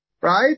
right